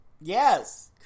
Yes